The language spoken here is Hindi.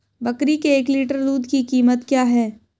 बकरी के एक लीटर दूध की कीमत क्या है?